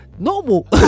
Normal